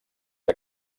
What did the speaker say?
que